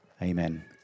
Amen